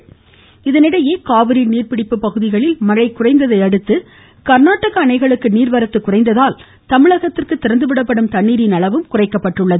ம் ம் ம் ம் ம மேட்டுர் இதனிடையே காவிரி நீர்பிடிப்பு பகுதிகளில் மழை குறைந்ததை அடுத்து கர்நாடக அணைகளுக்கு நீர்வரத்து குறைந்ததால் தமிழகத்திற்கு திறந்துவிடப்படும் தண்ணீரின் அளவும் குறைக்கப்பட்டுள்ளது